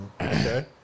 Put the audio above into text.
Okay